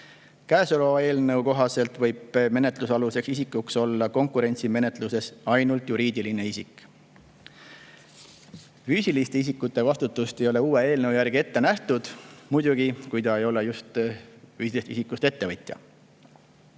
Käesoleva eelnõu kohaselt võib menetluse aluseks isikuks olla konkurentsimenetluses ainult juriidiline isik. Füüsiliste isikute vastutust ei ole uue eelnõu järgi ette nähtud, muidugi kui ta ei ole just füüsilisest isikust ettevõtja.